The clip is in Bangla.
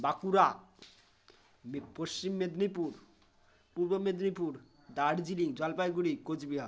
বাঁকুড়া পশ্চিম মেদিনীপুর পূর্ব মেদিনীপুর দার্জিলিং জলপাইগুড়ি কোচবিহার